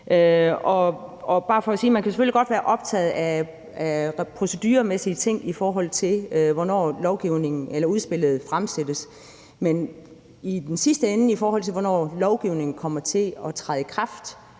at man selvfølgelig godt kan være optaget af proceduremæssige ting, i forhold til hvornår udspillet fremsættes, men i forhold til hvornår lovgivningen kommer til at træde i kraft,